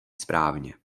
správně